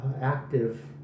active